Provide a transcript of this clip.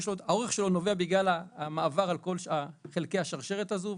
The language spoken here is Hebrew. נובע בגלל המעבר על כל חלקי השרשרת הזאת,